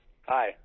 Hi